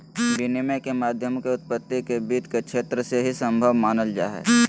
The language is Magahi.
विनिमय के माध्यमों के उत्पत्ति के वित्त के क्षेत्र से ही सम्भव मानल जा हइ